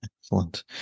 excellent